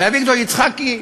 ואביגדור יצחקי